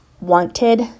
wanted